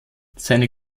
seine